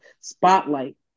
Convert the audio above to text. spotlight